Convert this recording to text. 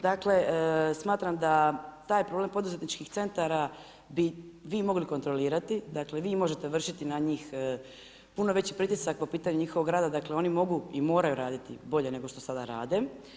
Dakle, smatram da taj problem poduzetničkih centara bi vi mogli kontrolirati, dakle vi možete vršiti na njih puno veći pritisak po pitanju njihovog rada, dakle oni mogu i moraju raditi bolje nego što sada rade.